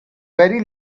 very